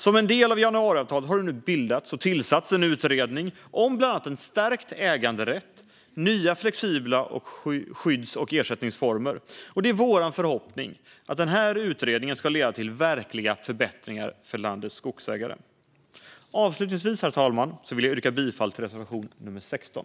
Som en del januariavtalet har det nu tillsatts en utredning om bland annat en stärkt äganderätt och nya, flexibla skydds och ersättningsformer. Det är vår förhoppning att den utredningen ska leda till verkliga förbättringar för landets skogsägare. Avslutningsvis, herr talman, vill jag yrka bifall till reservation 16.